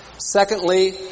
Secondly